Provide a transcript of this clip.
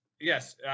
Yes